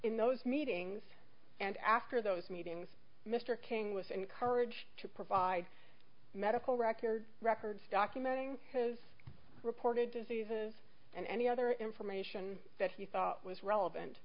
in those meetings and after those meetings mr king was encouraged to provide medical records records documenting his reported diseases and any other information that he thought was relevant